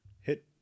hit